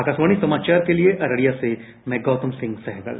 आकाशवाणी समाचार के लिए अररिया से गौतम सिंह सहगल